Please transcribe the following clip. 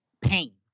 pain